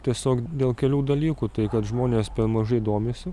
tiesiog dėl kelių dalykų tai kad žmonės per mažai domisi